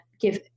give